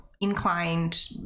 inclined